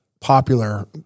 popular